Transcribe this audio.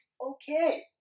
Okay